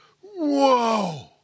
whoa